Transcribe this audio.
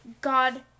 God